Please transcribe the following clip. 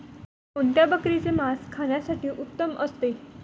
कोणत्या बकरीचे मास खाण्यासाठी उत्तम असते?